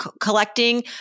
Collecting